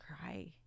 cry